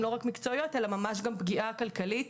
לא רק מקצועיות אלא ממש פגיעה כלכלית